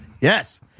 Yes